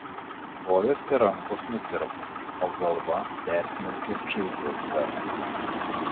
kojos ir rankos nutirpo o galvą persmelkė čaižus garsas